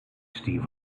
steve